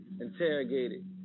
interrogated